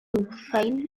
find